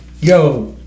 yo